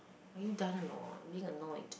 are you done or not being annoyed